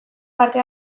parte